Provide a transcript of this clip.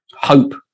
hope